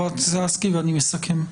בבקשה.